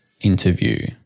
interview